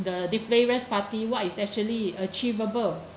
the various party what is actually achievable